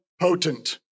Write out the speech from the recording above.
potent